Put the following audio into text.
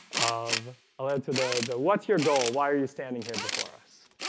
um i led to the the what's your goal? why are you standing here before us?